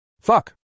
Fuck